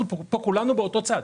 אנחנו פה כולנו באותו צד,